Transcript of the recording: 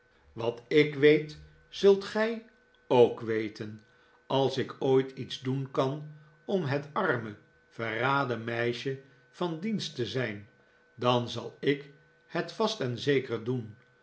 wat ik weet zult gij ook weten als ik ooit iets doen kan om het arme verraden meisje van dienst te zijn dan zal ik het vast en zeker doen